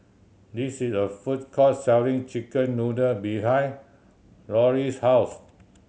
this is a food court selling chicken noodle behind Lauri's house